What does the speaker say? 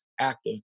active